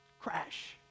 crash